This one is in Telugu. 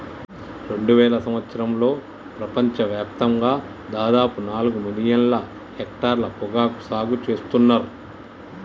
రెండువేల సంవత్సరంలో ప్రపంచ వ్యాప్తంగా దాదాపు నాలుగు మిలియన్ల హెక్టర్ల పొగాకు సాగు సేత్తున్నర్